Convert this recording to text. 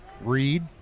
Reed